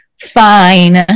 fine